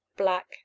black